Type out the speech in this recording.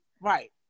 Right